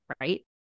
right